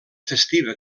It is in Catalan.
festiva